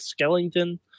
Skellington